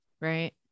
right